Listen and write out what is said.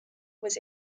was